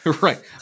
Right